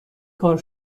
کار